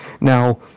Now